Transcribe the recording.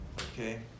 Okay